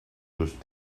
gush